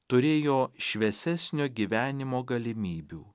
turėjo šviesesnio gyvenimo galimybių